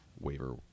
waiver